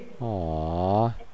Aww